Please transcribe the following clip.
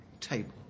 table